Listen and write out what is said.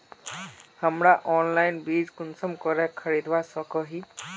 हमरा ऑनलाइन बीज कुंसम करे खरीदवा सको ही?